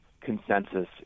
consensus